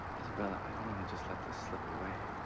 isabella, i don't want to just let this slip away.